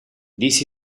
this